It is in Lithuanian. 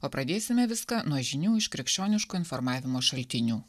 o pradėsime viską nuo žinių iš krikščioniško informavimo šaltinių